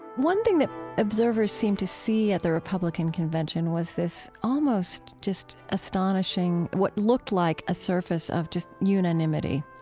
one thing that observers seemed to see at the republican convention was this almost just astonishing eur what looked like a surface of just unanimity.